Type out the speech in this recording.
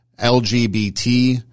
LGBT